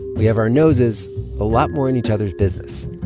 we have our noses a lot more in each other's business.